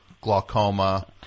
glaucoma